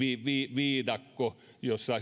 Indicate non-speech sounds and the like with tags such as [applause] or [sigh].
viidakko jossa [unintelligible]